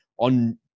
on